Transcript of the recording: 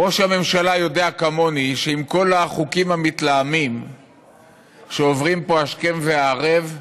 ראש הממשלה יודע כמוני שעם כל החוקים המתלהמים שעוברים פה השכם והערב,